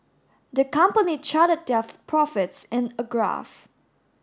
the company charted their profits in a graph